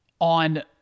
on